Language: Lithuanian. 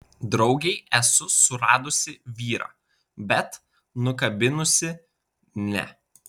draugei esu suradusi vyrą bet nukabinusi ne